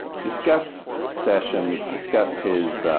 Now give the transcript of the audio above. discuss sessions, discuss his